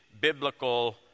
biblical